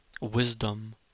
wisdom